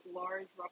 large